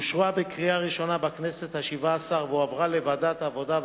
אושרה בקריאה ראשונה בכנסת השבע-עשרה והועברה לוועדת העבודה,